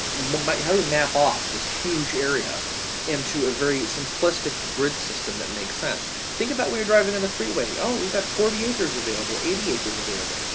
how do we map off this huge area into a very simplistic grid system that makes sense? think about what you're driving on the freeway, oh, we've got forty acres available, eighty acres available,